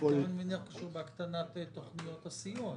אני מניח שזה קשור גם בהקטנת תוכניות הסיוע.